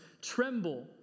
tremble